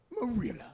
Marilla